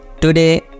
Today